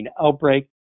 outbreak